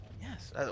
yes